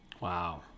Wow